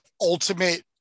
ultimate